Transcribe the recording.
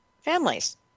families